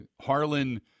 Harlan